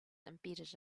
embedded